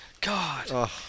God